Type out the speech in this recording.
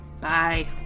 Bye